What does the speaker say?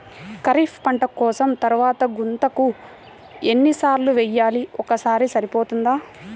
ఖరీఫ్ పంట కోసిన తరువాత గుంతక ఎన్ని సార్లు వేయాలి? ఒక్కసారి సరిపోతుందా?